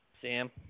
Sam